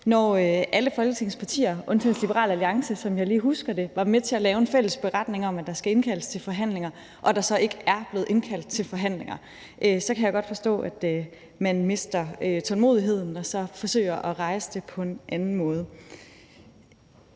at alle Folketingets partier undtagen Liberal Alliance, som jeg lige husker det, var med til at lave en fælles beretning om, at der skal indkaldes til forhandlinger, og at der så ikke er blevet indkaldt til forhandlinger. Så jeg kan godt forstå, at man mister tålmodigheden og forsøger at rejse det på en anden måde.